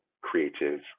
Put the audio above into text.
creative